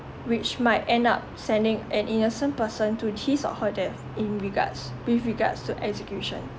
which might end up sending an innocent person to his or her death in regards with regards to execution